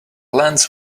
lens